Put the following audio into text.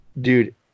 dude